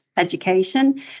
education